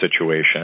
situation